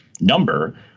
number